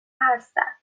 هستم